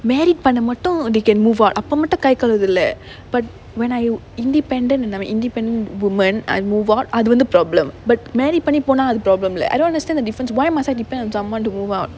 married பண்ணமட்டும்:pannamattum they can move out அப்போ மட்டும் கைகளுவுதிள்ள:appo mattum kaikaluvuthilla but when I independent and I'm an independent woman and move out அது வந்து:athu vanthu problem but marry பண்ணி போன அது:panni pona athu problem இல்ல:illa I don't understand the difference why must I depend on someone to move out